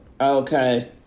okay